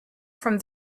from